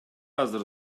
азыр